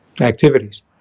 activities